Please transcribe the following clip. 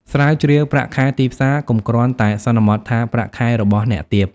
ស្រាវជ្រាវប្រាក់ខែទីផ្សារ កុំគ្រាន់តែសន្មតថាប្រាក់ខែរបស់អ្នកទាប។